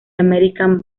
american